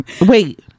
wait